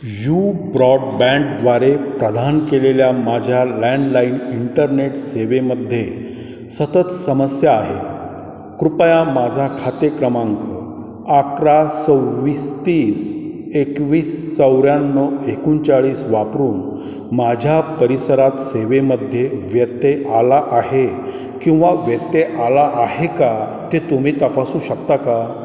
you ब्रॉडबँडद्वारे प्रदान केलेल्या माझ्या लँडलाईन इंटरनेट सेवेमध्ये सतत समस्या आहे कृपया माझा खाते क्रमांक अकरा सव्वीस तीस एकवीस चौऱ्याण्णव एकोणचाळीस वापरून माझ्या परिसरात सेवेमध्ये व्यत्यय आला आहे किंवा व्यत्यय आला आहे का ते तुम्ही तपासू शकता का